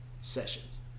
sessions